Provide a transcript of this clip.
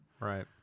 Right